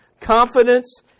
confidence